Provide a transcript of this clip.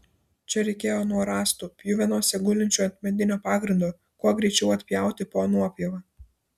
čia reikėjo nuo rąstų pjuvenose gulinčių ant medinio pagrindo kuo greičiau atpjauti po nuopjovą